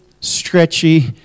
stretchy